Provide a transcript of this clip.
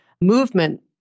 movement